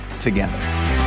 together